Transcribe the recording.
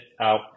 out